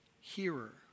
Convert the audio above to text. hearer